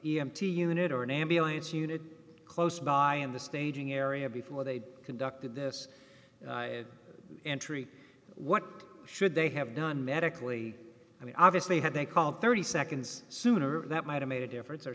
t unit or an ambulance unit close by in the staging area before they conducted this entry what should they have done medically i mean obviously had they called thirty seconds sooner that might have made a difference or